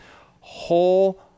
whole